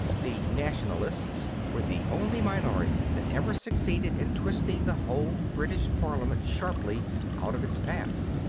the nationalists were the only minority that ever succeeded in twisting the whole british parliament sharply out of its path.